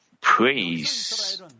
praise